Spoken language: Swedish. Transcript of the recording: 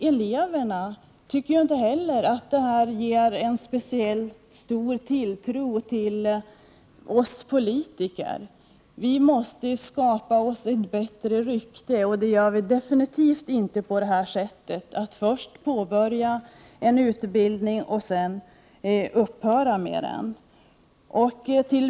Eleverna tycker inte heller att det ger någon speciellt stor tilltro till oss politiker. Vi måste skapa oss ett bättre rykte, och det gör vi definitivt inte på det här sättet, genom att först påbörja en utbildning och sedan upphöra med den.